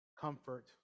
comfort